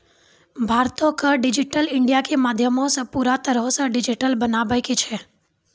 भारतो के digital India के माध्यमो से पूरा तरहो से डिजिटल बनाबै के छै